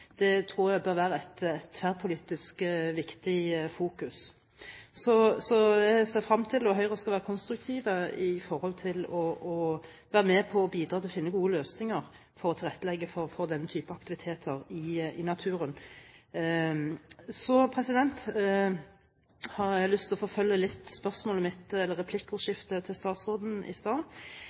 Det tror jeg bør være et tverrpolitisk viktig siktepunkt. Så jeg ser frem til det, og Høyre skal være konstruktiv og være med på å finne gode løsninger for å tilrettelegge for denne type aktiviteter i naturen. Så har jeg lyst til å forfølge spørsmålet mitt i replikkordskiftet med statsråden i